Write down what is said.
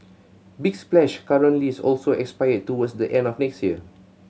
big Splash current lease also expires towards the end of next year